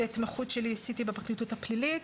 את ההתמחות שלי עשיתי בפרקליטות הפלילית.